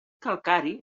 calcari